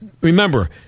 remember